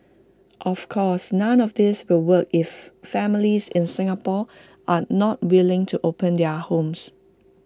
of course none of this will work if families in Singapore are not willing to open their homes